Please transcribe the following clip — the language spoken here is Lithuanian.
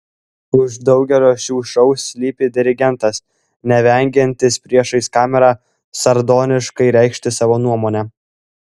už daugelio šių šou slypi dirigentas nevengiantis priešais kamerą sardoniškai reikšti savo nuomonę